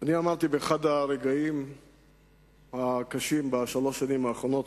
אני אמרתי באחד הרגעים הקשים בשלוש השנים האחרונות,